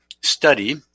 study